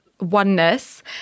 oneness